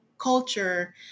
culture